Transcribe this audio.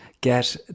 get